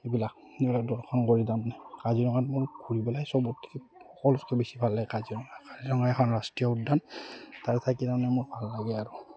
এইবিলাক এইবিলাক দৰ্শন কৰি তাৰমানে কাজিৰঙাত মোৰ ঘূৰি পেলাই চবতকৈ সকলোতকৈ বেছি ভাল লাগে কাজিৰঙা কাজিৰঙা এখন ৰাষ্ট্ৰীয় উদ্যান তাতে থাকি তাৰমানে মোৰ ভাল লাগে আৰু